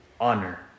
honor